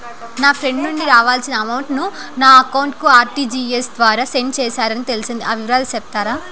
నా ఫ్రెండ్ నుండి రావాల్సిన అమౌంట్ ను నా అకౌంట్ కు ఆర్టిజియస్ ద్వారా సెండ్ చేశారు అని తెలిసింది, ఆ వివరాలు సెప్తారా?